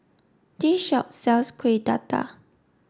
this shop sells Kuih Dadar